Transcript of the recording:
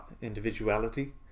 individuality